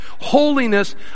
holiness